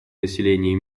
населения